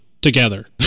together